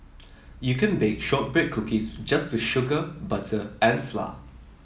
you could bake shortbread cookies just with sugar butter and flour